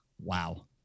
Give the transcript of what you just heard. Wow